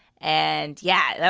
and yeah yeah,